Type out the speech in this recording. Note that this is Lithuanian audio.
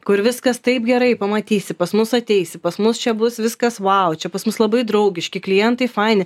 kur viskas taip gerai pamatysi pas mus ateisi pas mus čia bus viskas vau čia pas mus labai draugiški klientai faini